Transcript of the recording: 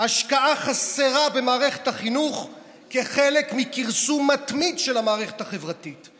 והשקעה חסרה במערכת החינוך כחלק מכרסום מתמיד של המערכת החברתית.